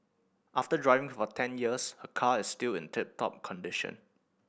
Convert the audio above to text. after driving for ten years her car is still in tip top condition